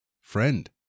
Friend